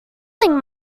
feeling